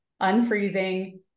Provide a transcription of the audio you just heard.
unfreezing